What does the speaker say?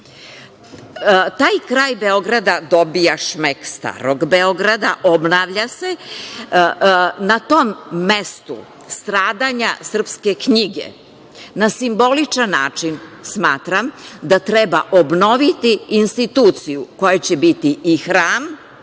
Taj kraj Beograda dobija šmek starog Beograda, obnavlja se, na tom mestu stradanja srpske knjige, na simboličan način smatram da treba obnoviti instituciju koja će biti i hram,